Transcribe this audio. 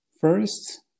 First